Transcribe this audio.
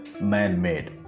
man-made